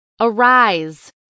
Arise